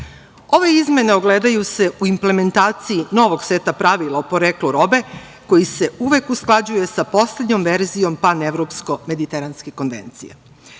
nama. Izmene se ogledaju u implementaciji novog seta pravila o poreklu robe, koji se uvek usklađuje sa poslednjom verzijom panevropsko Mediteranske konvencije. Izmene